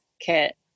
kit